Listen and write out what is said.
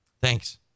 thanks